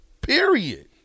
Period